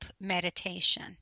meditation